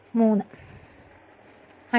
153 ആയിരിക്കും